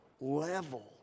level